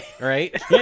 Right